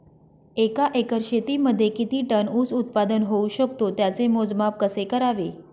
एका एकर शेतीमध्ये किती टन ऊस उत्पादन होऊ शकतो? त्याचे मोजमाप कसे करावे?